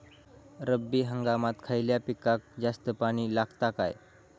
रब्बी हंगामात खयल्या पिकाक जास्त पाणी लागता काय?